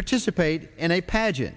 participate in a pageant